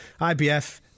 IBF